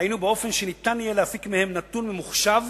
היינו באופן שיהיה אפשר להפיק מהם נתון ממוחשב